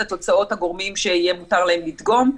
התוצאות הגורמים שיהיה מותר להם לדגום.